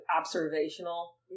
observational